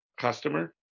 customer